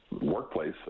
workplace